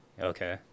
Okay